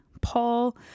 Paul